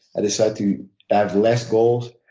i decided to have less goals.